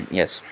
Yes